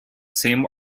same